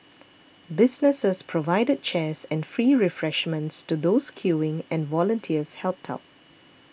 businesses provided chairs and free refreshments to those queuing and volunteers helped out